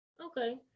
Okay